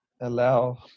allow